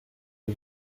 est